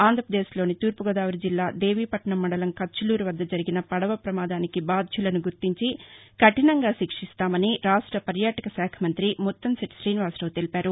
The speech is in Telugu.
ఆంధ్రప్రదేశ్లోని తూర్పుగోదావరి జిల్లా దేవీపట్నం మండలం కచ్చులూరు వద్ద జరిగిన బోటు ప్రమాదానికి బాధ్యులను గుర్తించి కఠినంగా శిక్షిస్తామని రాష్ట పర్యాటకశాఖ మంత్రి ముత్తంశెట్లి రీనివాసరావు తెలిపారు